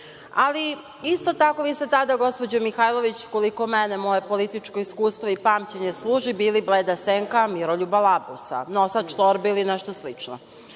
DOS. Isto tako, vi ste tada, gospođo Mihajlović, koliko mene moje političko iskustvo i pamćenje služi bili bleda senka Miroljuba Labusa, nosač torbe ili nešto slično. Što